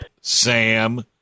Sam